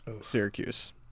Syracuse